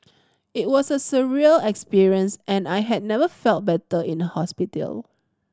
it was a surreal experience and I had never felt better in a hospital